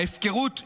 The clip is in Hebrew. ההפקרות,